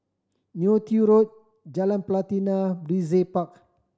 Neo Tiew Road Jalan Pelatina Brizay Park